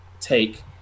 take